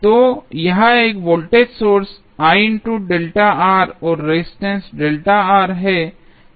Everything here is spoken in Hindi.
तो यह एक वोल्टेज सोर्स और रेजिस्टेंस है